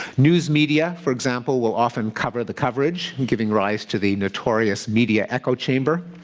news media, for example, will often cover the coverage, and giving rise to the notorious media echo chamber.